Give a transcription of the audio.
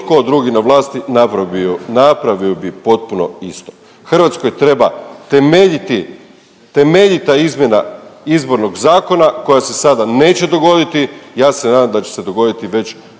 tko drugi na vlasti napravio bi potpuno isto, Hrvatskoj treba temeljiti, temeljita izmjena Izbornog zakona koja se sada neće dogoditi, ja se nadam da će se dogoditi već